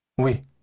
Oui